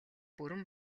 бүрэн